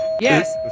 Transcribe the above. Yes